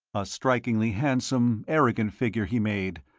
a strikingly handsome, arrogant figure he made,